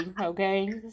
okay